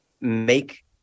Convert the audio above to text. make